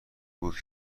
بود